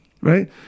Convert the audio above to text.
Right